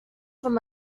from